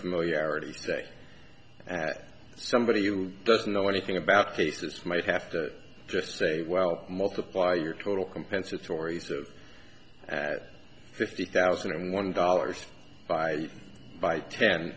familiarity say that somebody who doesn't know anything about cases might have to just say well multiply your total compensatory fifty thousand and one dollars by by ten